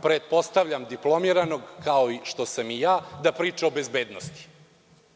pretpostavljam diplomiranog kao što sam i ja, da priča o bezbednosti.